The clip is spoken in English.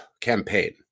Campaign